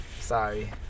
Sorry